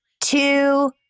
two